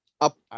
Up